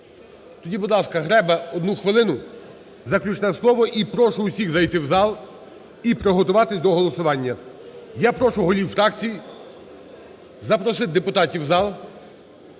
Тоді, будь ласка, Греба, одну хвилину заключне слово. І прошу всіх зайти в зал і приготуватись до голосування. Я прошу голів фракцій запросити депутатів в зал.